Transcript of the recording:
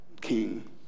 king